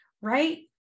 right